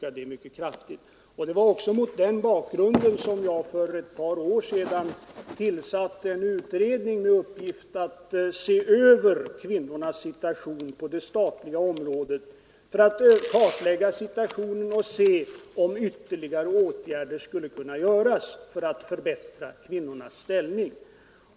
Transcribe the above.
Det var mot den bakgrunden som jag för ett par år sedan tillsatte en utredning med uppgift att se över kvinnornas ställning på det statliga området, kartlägga situationen och se om ytterligare åtgärder skulle kunna göras för att förbättra kvinnornas ställning.